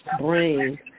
brain